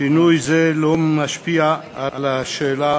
שינוי זה אינו משפיע על השאלה